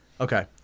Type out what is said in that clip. Okay